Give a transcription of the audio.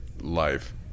life